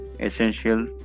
essential